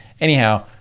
Anyhow